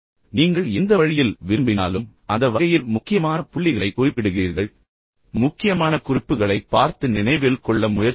எனவே நீங்கள் எந்த வழியில் விரும்பினாலும் அந்த வகையில் வகையில் முக்கியமான புள்ளிகளை நீங்கள் குறிப்பிடுகிறீர்கள் முக்கியமான குறிப்புகளை பார்த்து நினைவில் கொள்ள முயற்சிக்கவும்